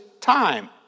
time